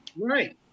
Right